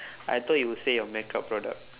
I thought you would say your makeup product